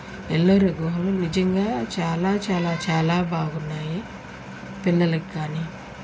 ఎళ్ళోరా గుహలు నిజంగా చాలా చాలా చాలా బాగున్నాయి పిల్లలక్కానీ